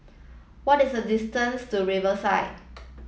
what is the distance to Riverside